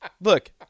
look –